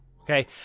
Okay